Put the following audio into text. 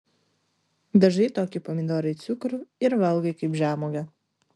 dažai tokį pomidorą į cukrų ir valgai kaip žemuogę